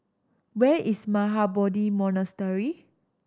where is Mahabodhi Monastery